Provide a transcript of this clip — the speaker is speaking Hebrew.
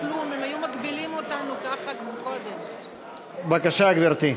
בבקשה, גברתי.